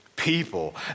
People